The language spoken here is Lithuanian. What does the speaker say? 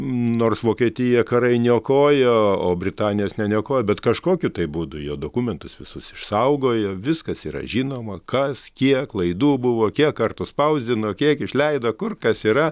nors vokietiją karai niokojo o britanijos neniokojo bet kažkokiu būdu jie dokumentus visus išsaugojo viskas yra žinoma kas kiek klaidų buvo kiek kartų spausdino kiek išleido kur kas yra